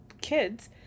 kids